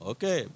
Okay